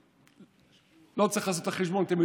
ארבל.